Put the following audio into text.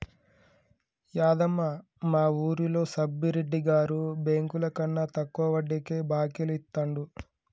యాదమ్మ, మా వూరిలో సబ్బిరెడ్డి గారు బెంకులకన్నా తక్కువ వడ్డీకే బాకీలు ఇత్తండు